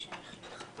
(הישיבה נפסקה בשעה 13:00 ונתחדשה בשעה 14:00.)